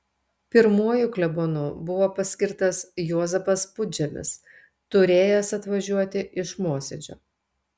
pirmuoju klebonu buvo paskirtas juozapas pudžemis turėjęs atvažiuoti iš mosėdžio